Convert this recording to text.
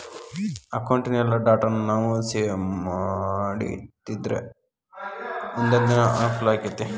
ಅಕೌಟಿನ್ ಎಲ್ಲಾ ಡಾಟಾನೂ ನಾವು ಸೇವ್ ಮಾಡಿಟ್ಟಿದ್ರ ಮುನ್ದೊಂದಿನಾ ಅಂಕೂಲಾಕ್ಕೆತಿ